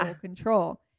control